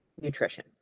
Nutrition